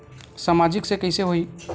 सामाजिक से कइसे होही?